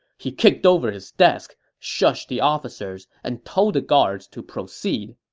he kicked over his desk, shushed the officers, and told the guards to proceed.